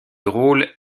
drôles